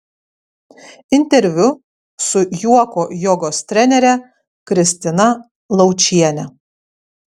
interviu su juoko jogos trenere kristina laučiene